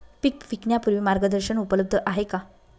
पीक विकण्यापूर्वी मार्गदर्शन उपलब्ध आहे का?